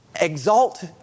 Exalt